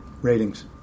Ratings